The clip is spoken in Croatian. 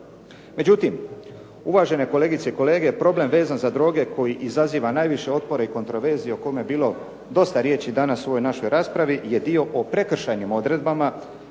Međutim, uvažene kolegice i kolege problem vezan za droge koji izaziva najviše otpora i kontroverzi o kojem je bilo dosta riječi danas u ovoj našoj raspravi je dio o prekršajnim odredbama